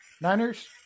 Niners